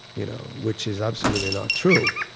you know which is absolutely not true,